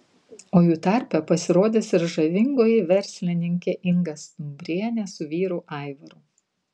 o jų tarpe pasirodys ir žavingoji verslininkė inga stumbrienė su vyru aivaru